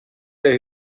der